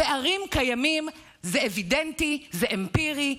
פערים קיימים זה אווידנטי, זה אמפירי.